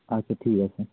আচ্ছা ঠিক আছে